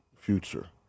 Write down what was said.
future